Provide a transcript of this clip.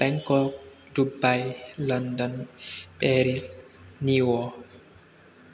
Bangkok Dubai London Paris New York